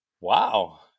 wow